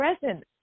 present